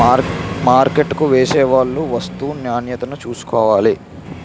మార్కెట్కు వెళ్లేవాళ్లు వస్తూ నాణ్యతను చూసుకోవాలి